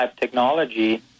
technology